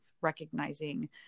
recognizing